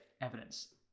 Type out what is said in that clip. evidence